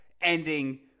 ending